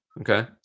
Okay